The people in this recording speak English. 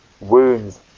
wounds